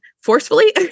forcefully